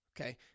Okay